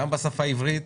גם בשפה העברית,